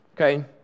okay